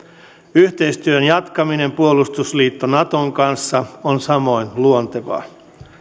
yhteistyön jatkaminen puolustusliitto naton kanssa on samoin luontevaa